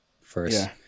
first